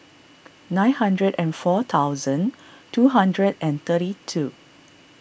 nine hundred and four thousand two hundred and thirty two